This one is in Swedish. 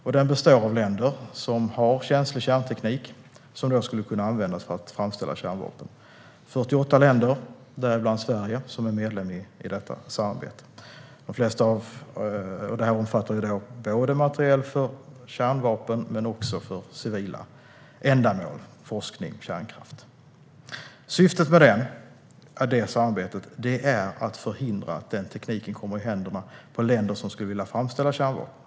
Gruppen består av länder som har känslig kärnteknik som skulle kunna användas för att framställa kärnvapen. 48 länder, däribland Sverige, är medlemmar i detta samarbete. Det omfattar materiel både för kärnvapen och för civila ändamål, som forskning och kärnkraft. Syftet med samarbetet är att förhindra att tekniken kommer i händerna på länder som skulle vilja framställa kärnvapen.